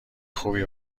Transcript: خوبی